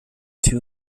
two